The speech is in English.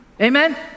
Amen